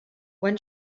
when